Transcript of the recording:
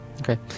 Okay